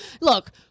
look